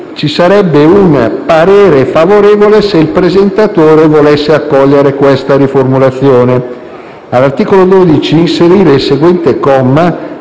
il parere sarebbe favorevole se il presentatore volesse accogliere la seguente riformulazione: «All'articolo 12 inserire il seguente comma: